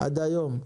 עד היום.